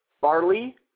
barley